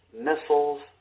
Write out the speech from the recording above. missiles